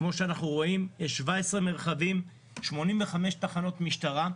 כמו שאנחנו רואים, יש 17 מרחבים, 85 תחנות משטרה.